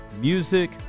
music